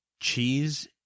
cheese